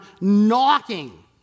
knocking